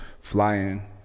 flying